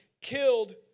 killed